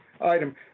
item